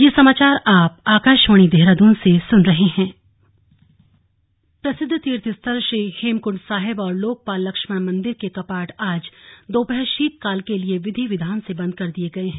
slug Hemkund Sahib प्रसिद्ध तीर्थस्थल श्री हेमकंड साहिब और लोकपाल लक्ष्मण मंदिर के कपाट आज दोपहर शीतकाल के लिए विधि विधान से बंद कर दिए गए हैं